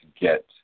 get